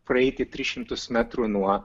praeiti tris šimtus metrų nuo